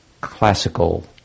classical